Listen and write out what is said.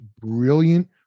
brilliant